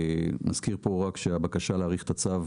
מזכיר פה רק שהבקשה להאריך את הצו,